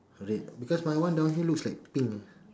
red because my one down here looks like pink leh